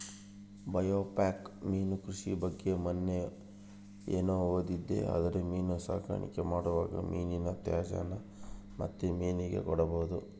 biofloc ಮೀನು ಕೃಷಿ ಬಗ್ಗೆ ಮನ್ನೆ ಏನು ಓದಿದೆ ಅಂದ್ರೆ ಮೀನು ಸಾಕಾಣಿಕೆ ಮಾಡುವಾಗ ಮೀನಿನ ತ್ಯಾಜ್ಯನ ಮತ್ತೆ ಮೀನಿಗೆ ಕೊಡಬಹುದು